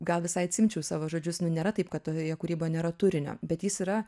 gal visai atsiimčiau savo žodžius nu nėra taip kad toje kūryboje nėra turinio bet jis yra